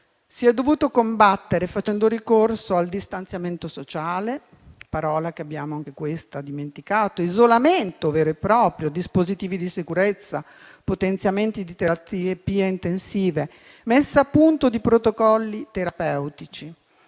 si è dovuto combattere facendo ricorso al distanziamento sociale - parola che abbiamo, anche questa, dimenticato - all'isolamento vero e proprio, ai dispositivi di sicurezza, al potenziamento delle terapie intensive, alla messa a punto di protocolli terapeutici.